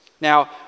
now